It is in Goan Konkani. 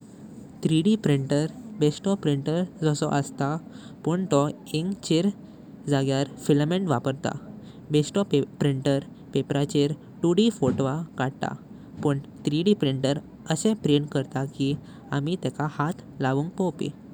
थ्री-डी प्रिंटर बेश्टो प्रिंटर जसयो असता पण तोह इंक चे जाग्यार फिलामेंट वापर्ता। बेश्टो प्रिंटर पापेराचेर दोन-डी फोटोवा कदता पण थ्री-डी प्रिंटर अशे प्रिंट करता की आमी तेका हात लवून पोवपी।